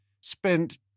Spent